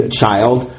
child